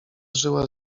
żyła